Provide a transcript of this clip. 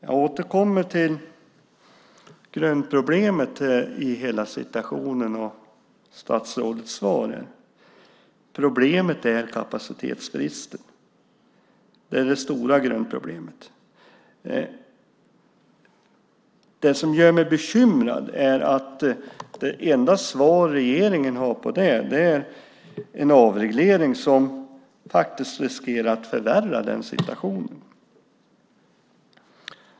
Jag återkommer också till grundproblemet i hela situationen och till statsrådets svar. Problemet är kapacitetsbristen. Den är det stora grundproblemet. Det som gör mig bekymrad är att regeringens enda svar är avreglering, något som faktiskt riskerar att förvärra situationen.